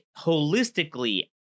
holistically